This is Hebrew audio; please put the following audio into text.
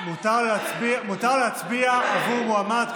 מותר להצביע עבור מועמד,